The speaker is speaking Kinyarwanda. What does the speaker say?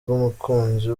umukunzi